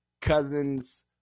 cousins